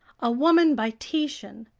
a woman by titian,